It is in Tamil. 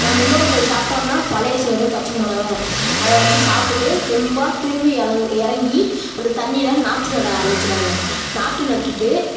நம் முன்னோர்கள் சாப்பாடுனா பழைய சோறு பச்சை மிளகா தான் அதை வைச்சி சாப்பிட்டுட்டு தெம்பாக திரும்பி இறங்கி அந்த தண்ணியில் நாற்று நட ஆரமிச்சிடுவாங்க நாற்று நட்டுட்டு